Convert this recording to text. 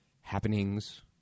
happenings